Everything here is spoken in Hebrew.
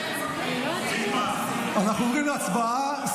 אנחנו עוברים להצבעה.